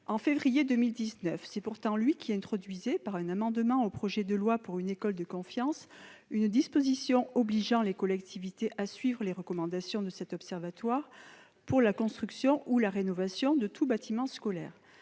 En février 2019, c'est pourtant lui qui introduisait, par un amendement au projet de loi pour une école de la confiance, une disposition obligeant les collectivités territoriales à suivre les recommandations de cet observatoire pour la construction ou la rénovation de tout bâtiment scolaire.